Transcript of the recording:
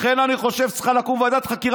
לכן אני חושב שצריכה לקום ועדת חקירה